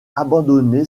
abandonné